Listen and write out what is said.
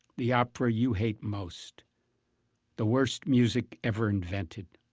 the opera you hate most the worst music ever invented